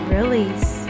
release